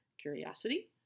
curiosity